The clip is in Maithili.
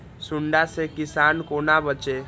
सुंडा से किसान कोना बचे?